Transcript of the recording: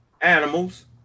animals